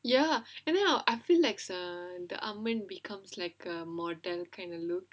ya and then I feel like um the Amman become like uh modern kind of look